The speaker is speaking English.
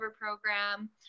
program